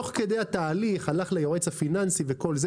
תוך כדי התהליך הוא הלך ליועץ הפיננסי וכל זה.